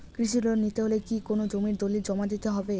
কৃষি লোন নিতে হলে কি কোনো জমির দলিল জমা দিতে হবে?